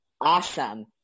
awesome